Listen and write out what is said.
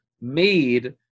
made